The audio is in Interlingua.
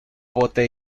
pote